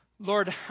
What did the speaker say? Lord